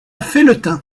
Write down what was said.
felletin